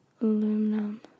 Aluminum